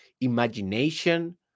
imagination